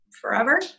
forever